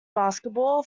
basketball